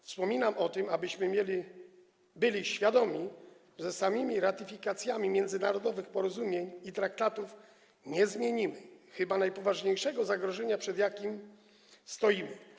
Wspominam o tym, abyśmy byli świadomi, że samymi ratyfikacjami międzynarodowych porozumień i traktatów nie zmienimy chyba najpoważniejszego zagrożenia, przed jakim stoimy.